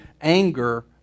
anger